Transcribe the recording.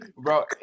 Bro